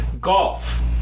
Golf